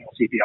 CPR